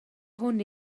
hwn